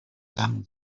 than